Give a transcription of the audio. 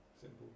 simple